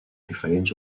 diferents